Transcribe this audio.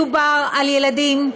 מדובר על ילדים,